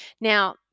Now